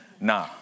Nah